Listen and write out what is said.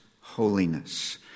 holiness